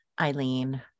Eileen